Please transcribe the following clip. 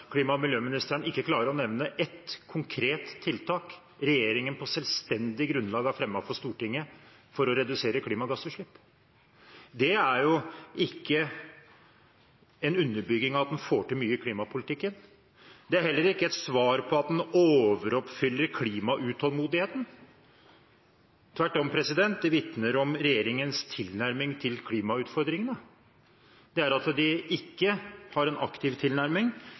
klima- og miljøministeren ikke klarer å nevne ett konkret tiltak regjeringen på selvstendig grunnlag har fremmet for Stortinget for å redusere klimagassutslipp. Det er ikke en underbygging av at en får til mye i klimapolitikken. Det er heller ikke et svar på at en overoppfyller klimautålmodigheten. Tvert om, det vitner om regjeringens tilnærming til klimautfordringene, at de ikke har en aktiv tilnærming,